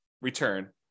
return